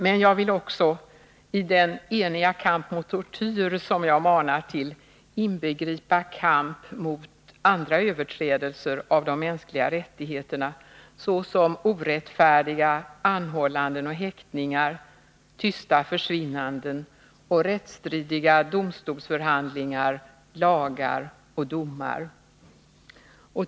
Men jag vill också i den eniga kamp mot tortyr som jag manar till inbegripa kamp mot andra överträdelser av de mänskliga rättigheterna, såsom orättfärdiga anhållanden och häktningar, tysta försvinnanden och rättstridiga domstolsförhandlingar, lagar och domar.